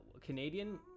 Canadian